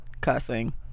cussing